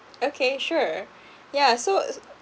okay sure yeah so